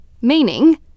meaning